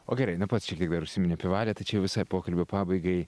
o gerai na pats dar šiek tiek užsiminei apie valią tai čia jau visai pokalbio pabaigai